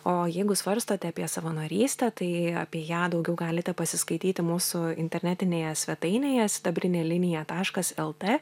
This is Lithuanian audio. o jeigu svarstote apie savanorystę tai apie ją daugiau galite pasiskaityti mūsų internetinėje svetainėje sidabrinė linija taškas lt